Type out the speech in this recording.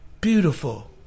beautiful